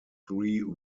three